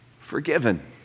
Forgiven